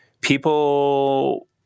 people